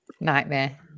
nightmare